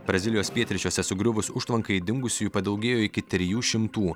brazilijos pietryčiuose sugriuvus užtvankai dingusiųjų padaugėjo iki trijų šimtų